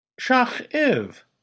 Shach-iv